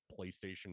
PlayStation